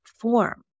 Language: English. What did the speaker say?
form